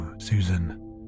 Susan